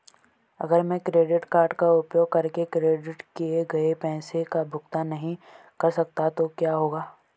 अगर मैं credit card का उपयोग करके क्रेडिट किए गए पैसे का भुगतान नहीं कर सकता तो क्या होगा?